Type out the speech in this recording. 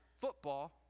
Football